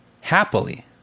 happily